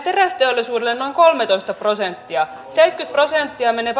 terästeollisuudelle noin kolmetoista prosenttia seitsemänkymmentä prosenttia menee